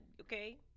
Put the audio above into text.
okay